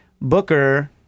Booker